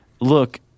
look—